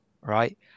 right